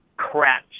Crap